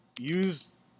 use